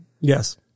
Yes